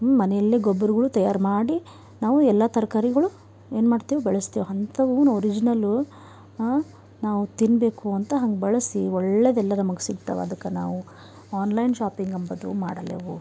ಮನೆಯಲ್ಲೇ ಗೊಬ್ಬರ್ಗಳು ತಯಾರು ಮಾಡಿ ನಾವು ಎಲ್ಲ ತರ್ಕಾರಿಗಳು ಏನು ಮಾಡ್ತೇವೆ ಬೆಳೆಸ್ತೇವೆ ಅಂಥವು ಒರಿಜಿನಲು ನಾವು ತಿನ್ನಬೇಕು ಅಂತ ಹಂಗೆ ಬಳಸಿ ಒಳ್ಳೆದೆಲ್ಲ ನಮಗೆ ಸಿಕ್ತವೆ ಅದಕ್ಕೆ ನಾವು ಆನ್ಲೈನ್ ಶಾಪಿಂಗ್ ಅಂಬದು ಮಾಡಲ್ಲೇವು